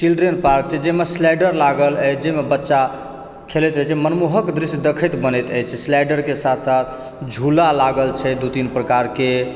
children park छै जैमे slider लागल अछि जैमे बच्चा खेलैत रहै छै मनमोहक दृश्य देखैत बनैत अछि स्लाइडर के साथ साथ झूला लागल छै दू तीन प्रकारके